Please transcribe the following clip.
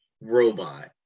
robot